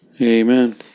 amen